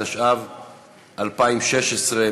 התשע"ו 2016,